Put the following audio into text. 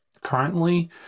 currently